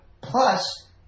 Plus